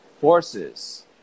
forces